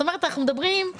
זאת אומרת, אומרים לי